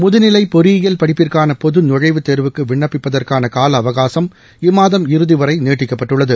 முதுநிலை பொறியியல் படிப்புக்கான பொது நுழைவுத் தேர்வுக்கு விண்ணப்பிப்பதற்கான கால அவகாசம் இம்மாதம் இறுதி வரை நீட்டிக்கப்பட்டுள்ளது